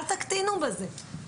אל תקטינו בזה.